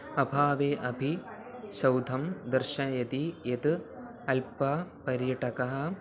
अभावे अपि शोधं दर्शयति यत् अल्पः पर्यटकः